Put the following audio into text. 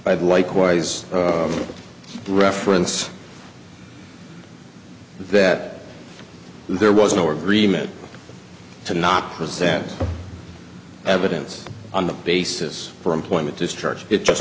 the likewise reference that there was no agreement to not present evidence on the basis for employment discharge it just